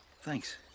Thanks